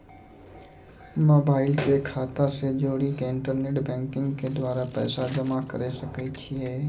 Mobile के खाता से जोड़ी के इंटरनेट बैंकिंग के द्वारा पैसा जमा करे सकय छियै?